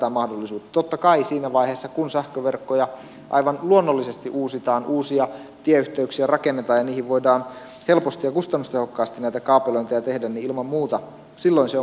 totta kai siinä vaiheessa kun sähköverkkoja aivan luonnollisesti uusitaan uusia tieyhteyksiä rakennetaan ja niihin voidaan helposti ja kustannustehokkaasti näitä kaapelointeja tehdä niin ilman muuta silloin se on paikallaan